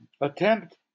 attempt